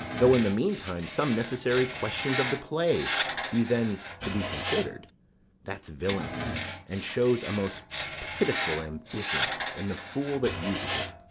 though in the meantime some necessary question of the play be then to be considered that's villanous and shows a most pitiful ambition in the fool that uses it.